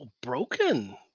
Broken